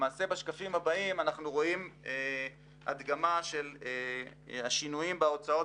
בשקפים הבאים אנחנו רואים הדגמה של השינויים בהוצאות